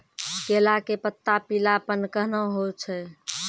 केला के पत्ता पीलापन कहना हो छै?